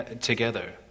together